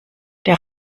der